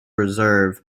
reserve